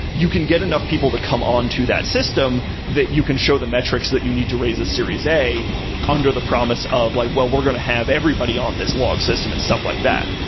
you can get enough people to come on to that system that you can show the metrics that you need to raise a series a under the promise of like, well, we're going to have everybody on this log system and stuff like that.